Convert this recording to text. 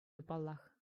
паллах